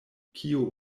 kio